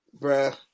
Bruh